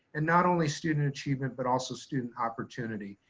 and not only student achievement, but also student opportunity.